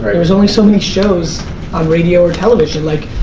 but there's only so many shows on radio or television. like,